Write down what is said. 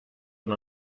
una